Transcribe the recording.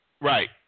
Right